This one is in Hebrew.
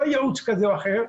לא ייעוץ כזה או אחר,